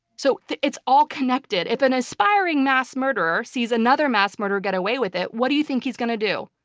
so it's all connected. if an aspiring mass murderer sees another mass murderer get away with it, what do you think he's going to do?